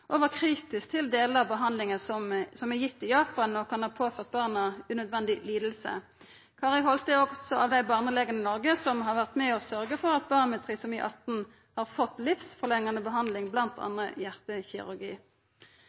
og var kritisk til delar av behandlinga som er gitt i Japan, og som kan ha påført barna unødvendig liding. Kari Holte er også blant dei barnelegane i Noreg som har vore med på å sørgja for at barn med trisomi 18 har fått livsforlengande behandling,